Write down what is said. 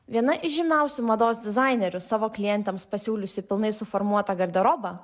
viena įžymiausių mados dizainerių savo klientems pasiūliusi pilnai suformuotą garderobą